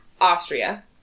Austria